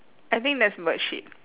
I think that's bird shit